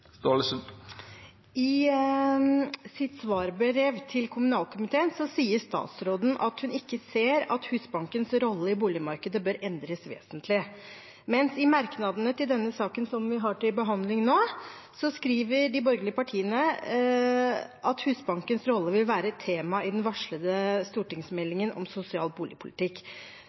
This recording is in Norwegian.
I sitt svarbrev til kommunal- og forvaltningskomiteen sier statsråden at hun ikke ser at Husbankens rolle i boligmarkedet bør endres vesentlig. Men i merknadene til den saken vi har til behandling nå, skriver de borgerlige partiene at Husbankens rolle vil være et tema i den varslede stortingsmeldingen om sosial boligpolitikk.